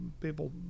people